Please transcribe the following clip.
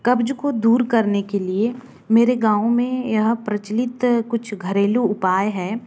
कब्ज़ को दूर करने के लिए मेरे गाँव में यहाँ प्रचलित कुछ घरेलु उपाय हैं